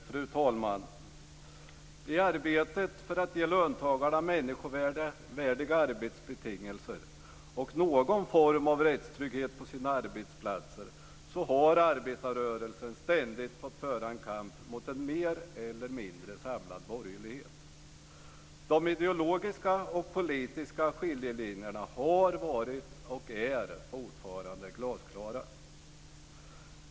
Fru talman! I arbetet för att ge löntagarna människovärdiga arbetsbetingelser och någon form av rättstrygghet på sina arbetsplatser har arbetarrörelsen ständigt fått föra en kamp mot en mer eller mindre samlad borgerlighet. De ideologiska och politiska skiljelinjerna har varit och är fortfarande glasklara.